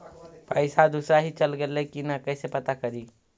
पैसा दुसरा ही चल गेलै की न कैसे पता करि?